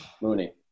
Mooney